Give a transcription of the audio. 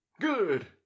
Good